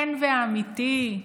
כן ואמיתי,